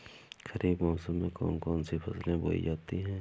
खरीफ मौसम में कौन कौन सी फसलें बोई जाती हैं?